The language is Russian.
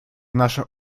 наша